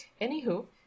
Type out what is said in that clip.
Anywho